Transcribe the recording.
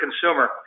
consumer